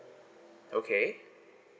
okay